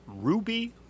Ruby